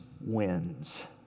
wins